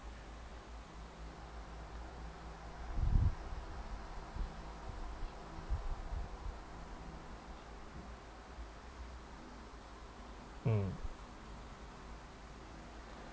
mm